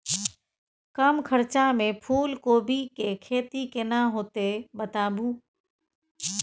कम खर्चा में फूलकोबी के खेती केना होते बताबू?